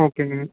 ஓகேங்க